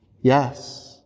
Yes